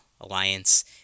alliance